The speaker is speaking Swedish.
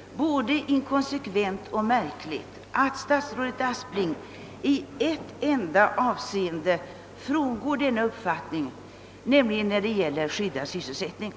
— både inkonsekvent och märkligt att statsrådet Aspling i ett enda avseende frångår denna uppfattning, nämligen när det gäller skyddad sysselsättning.